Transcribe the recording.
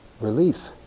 relief